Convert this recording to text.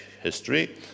history